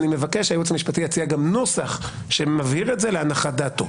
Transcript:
אני גם מבקש שהייעוץ המשפטי יציע גם נוסח שמבהיר את זה להנחת דעתו.